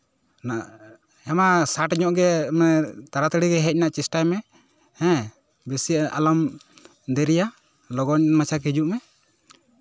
ᱦᱮᱸ ᱢᱟ ᱥᱟᱴ ᱧᱚᱜ ᱜᱮ ᱢᱟᱱᱮ ᱛᱟᱲᱟᱛᱟᱲᱤ ᱜᱮ ᱦᱮᱡ ᱨᱮᱱᱟᱜ ᱪᱮᱥᱴᱟᱭ ᱢᱮ ᱦᱮᱸ ᱵᱮᱥᱤ ᱟᱞᱚᱢ ᱫᱮᱨᱤᱭᱟ ᱞᱚᱜᱚᱱ ᱢᱟᱪᱷᱟ ᱦᱤᱡᱩᱜ ᱢᱮ